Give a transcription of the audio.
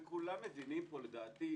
וכולם מבינים פה לדעתי,